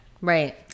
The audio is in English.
Right